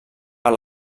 per